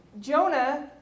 Jonah